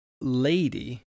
lady